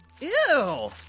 ew